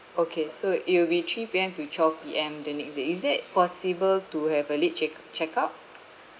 okay so it will be three P_M to twelve P_M the next day is that possible to have a late check check out